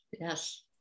Yes